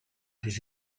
des